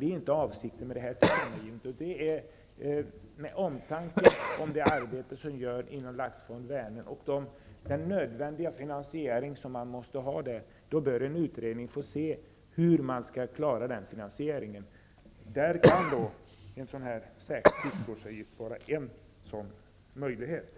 Det är inte avsikten med den här avgiften, utan avsikten är att visa omtanke om det arbete som görs inom Laxfond Vänern och den finansiering som där är nödvändig. En utredning bör därför titta på hur den finansieringen skall klaras. En särskild fiskevårdsavgift av detta slag kan vara en möjlighet.